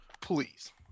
please